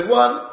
one